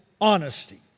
honesty